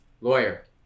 Lawyer